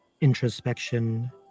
introspection